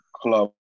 club